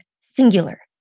singular